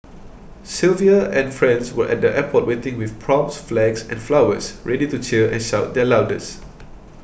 Sylvia and friends were at the airport waiting with props flags and flowers ready to cheer and shout their loudest